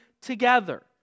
together